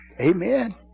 Amen